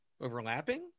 overlapping